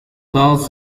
thus